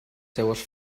seues